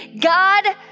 God